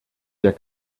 der